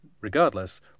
Regardless